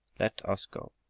let us go.